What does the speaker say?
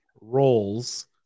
roles